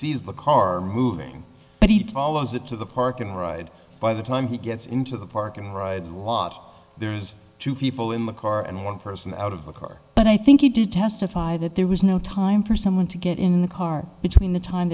sees the car moving but he tall as it to the park and ride by the time he gets into the park and ride lot there's two people in the car and one person out of the car but i think he did testify that there was no time for someone to get in the car between the time